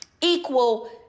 equal